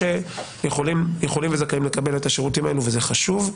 שיכולים וזכאים לקבל את השירותים האלו וזה חשוב.